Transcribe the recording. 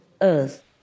earth